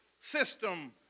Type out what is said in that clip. system